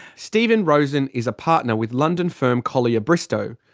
stephen rosen is a partner with london firm collyer bristow.